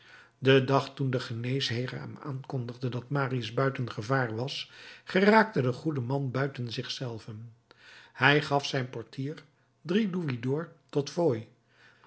den dag toen de geneesheer hem aankondigde dat marius buiten gevaar was geraakte de goede man buiten zich zelven hij gaf zijn portier drie louisd'ors tot